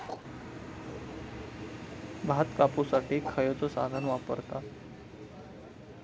भात कापुसाठी खैयचो साधन वापरतत?